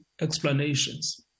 explanations